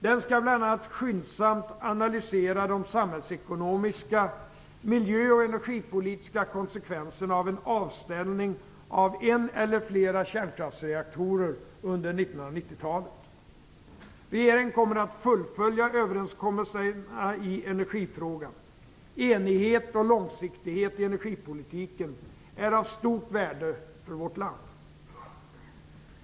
Den skall bl.a. skyndsamt analysera de samhällsekonomiska, miljö och energipolitiska konsekvenserna av en avställning av en eller flera kärnkraftsreaktorer under 1990-talet. Regeringen kommer att fullfölja överenskommelserna i energifrågan. Enighet och långsiktighet i energipolitiken är av stort värde för vårt land.